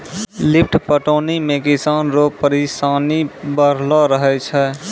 lift पटौनी मे किसान रो परिसानी बड़लो रहै छै